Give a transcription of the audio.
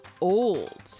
old